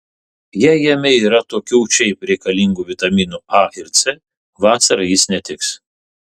jei jame yra tokių šiaip reikalingų vitaminų a ir c vasarą jis netiks